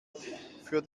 für